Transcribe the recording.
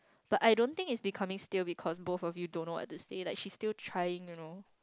but I don't think it's becoming stale because both of you don't know what to say like she's still trying you know